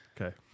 Okay